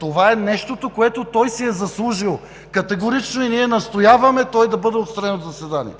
Това е нещото, което той си е заслужил категорично, и ние настояваме той да бъде отстранен от заседание.